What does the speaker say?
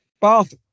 Bath